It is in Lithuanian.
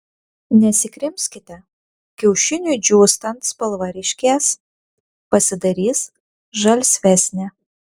nesikrimskite kiaušiniui džiūstant spalva ryškės pasidarys žalsvesnė